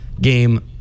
game